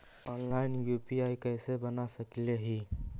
Online UPI कैसे बना सकली ही?